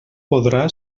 podrà